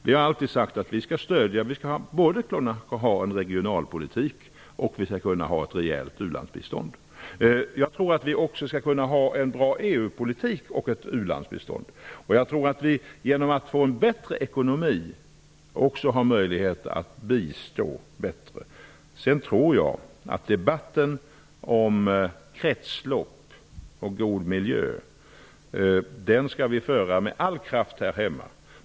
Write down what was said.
Vi har alltid sagt att vi skall kunna ha både en regionalpolitik och ett rejält ulandsbistånd. Jag tror att vi också skall kunna ha en bra EU-politik och ett u-landsbistånd. Genom att vi får en bättre ekonomi har vi också möjlighet att bistå bättre. Debatten om kretslopp och god miljö skall vi föra med all kraft här hemma.